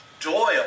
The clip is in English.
Doyle